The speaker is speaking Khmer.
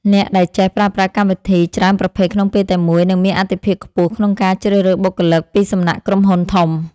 អ្នកដែលចេះប្រើប្រាស់កម្មវិធីច្រើនប្រភេទក្នុងពេលតែមួយនឹងមានអាទិភាពខ្ពស់ក្នុងការជ្រើសរើសបុគ្គលិកពីសំណាក់ក្រុមហ៊ុនធំ។